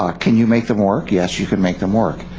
ah can you make them work? yes, you can make them work.